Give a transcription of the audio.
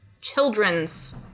children's